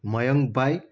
મયંક ભાઈ